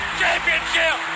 championship